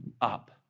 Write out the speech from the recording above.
up